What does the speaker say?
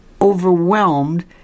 overwhelmed